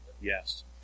Yes